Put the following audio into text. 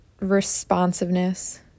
responsiveness